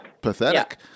pathetic